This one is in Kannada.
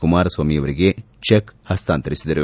ಕುಮಾರಸ್ವಾಮಿ ಅವರಿಗೆ ಚೆಕ್ ಹಸ್ತಾಂತರಿಸಿದರು